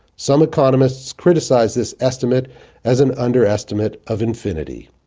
some economists criticized this estimate as an underestimate of infinity.